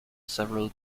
several